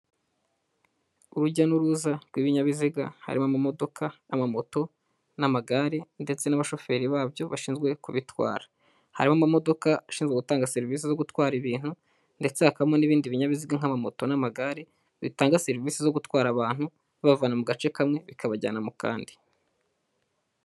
Urujya n'uruza rw'ibinyabiziga harimo amamodoka, amamoto n'amagare ndetse n'abashoferi babyo bashinzwe kubitwara, harimo amamodoka ashinzwe gutanga serivisi zo gutwara ibintu ndetse hakabamo n'ibindi binyabiziga nk'amamoto n'amagare bitanga serivisi zo gutwara abantu, bibavana mu gace kamwe bikabajyana mu kandi.